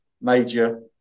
major